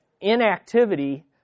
inactivity